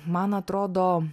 man atrodo